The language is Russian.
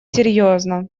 серьезно